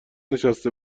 نشسته